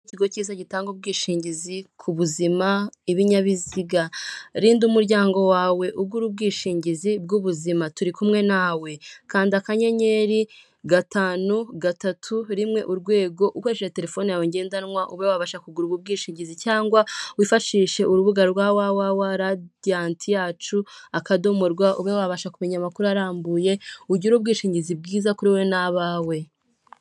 Ikigo cyiza gitanga ubwishingizi ku buzima, ibinyabiziga. Rinda umuryango wawe ugura ubwishingizi bw'ubuzima, turi kumwe nawe, kanda akanyenyeri, gatanu, gatatu, rimwe, urwego, ukoresheje telefone yawe ngendanwa ube wabasha kugura ubu bwishingizi, cyangwa wifashishe urubuga rwa,"www.radiantyacu.rw", ube wabasha kumenya amakuru arambuye, ugire ubwishingizi bwiza kuri wowe n'abawe.